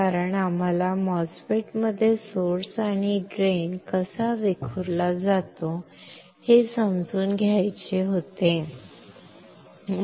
कारण आम्हाला MOSFET मध्ये सोर्स आणि ड्रेन कसा विखुरला जातो हे समजून घ्यायचे होते